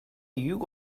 you